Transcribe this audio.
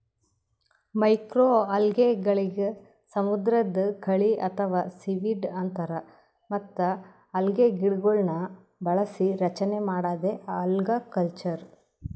ಮೈಕ್ರೋಅಲ್ಗೆಗಳಿಗ್ ಸಮುದ್ರದ್ ಕಳಿ ಅಥವಾ ಸೀವೀಡ್ ಅಂತಾರ್ ಮತ್ತ್ ಅಲ್ಗೆಗಿಡಗೊಳ್ನ್ ಬೆಳಸಿ ರಚನೆ ಮಾಡದೇ ಅಲ್ಗಕಲ್ಚರ್